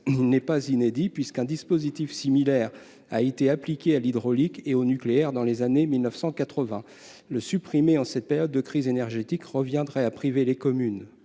il n'est pas inédit, puisqu'un dispositif similaire a été appliqué à l'hydraulique et au nucléaire dans les années 1980. Le supprimer en cette période de crise énergétique reviendrait à priver les communes